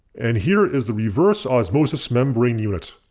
and here is the reverse osmosis membrane unit.